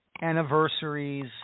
anniversaries